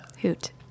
Hoot